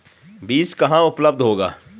बीज कहाँ उपलब्ध होगा?